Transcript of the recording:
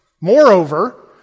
Moreover